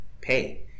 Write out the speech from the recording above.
pay